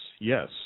Yes